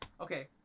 Okay